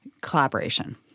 collaboration